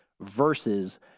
versus